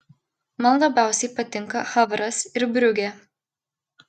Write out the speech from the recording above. man labiausiai patinka havras ir briugė